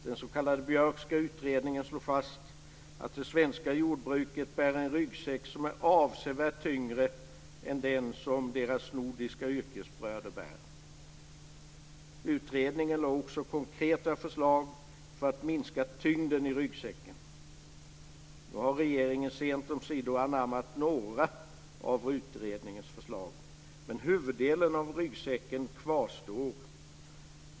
Den s.k. Björkska utredningen slår fast att de svenska jordbrukarna bär en ryggsäck som är avsevärt tyngre än den som deras nordiska yrkesbröder bär. Utredningen lade också fram konkreta förslag för att minska tyngden av ryggsäcken. Nu har regeringen sent omsider anammat några av utredningens förslag, men huvuddelen av ryggsäcken kvarstår.